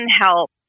help